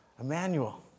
Emmanuel